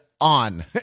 on